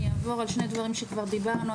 אני אעבור על שני דברים שכבר דיברנו.